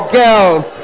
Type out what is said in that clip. girls